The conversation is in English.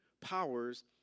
powers